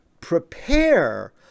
prepare